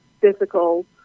physical